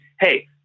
hey